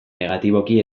negatiboki